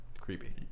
Creepy